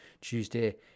Tuesday